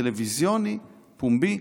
טלוויזיוני, פומבי.